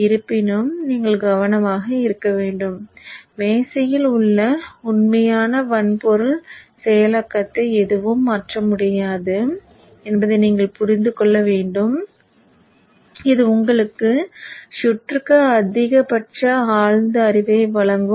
இருப்பினும் நீங்கள் கவனமாக இருக்க வேண்டும் மேசையில் உள்ள உண்மையான வன்பொருள் செயலாக்கத்தை எதுவும் மாற்ற முடியாது என்பதை நீங்கள் புரிந்து கொள்ள வேண்டும் இது உங்களுக்கு சுற்றுக்கு அதிகபட்ச ஆழ்ந்த அறிவை வழங்கும்